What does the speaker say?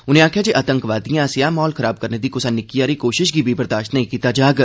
उनें आखेआ जे आतंकवादिएं आसेआ म्हौल खराब करने दी कुसा निक्की हारी कोशश गी बी बर्दाश्त नेई कीता जाग